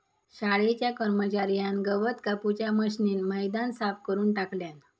शाळेच्या कर्मच्यार्यान गवत कापूच्या मशीनीन मैदान साफ करून टाकल्यान